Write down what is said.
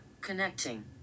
Connecting